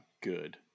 good